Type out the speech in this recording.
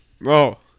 bro